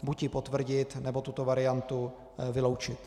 Buď ji potvrdit, nebo tuto variantu vyloučit.